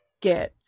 get